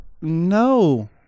No